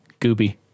Gooby